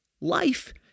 Life